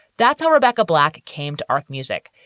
that's how rebecca black came to art music.